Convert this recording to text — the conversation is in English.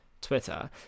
Twitter